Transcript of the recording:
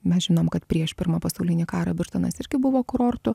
mes žinom kad prieš pirmą pasaulinį karą birštonas irgi buvo kurortu